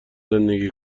زندگی